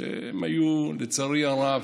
שהיו, לצערי הרב,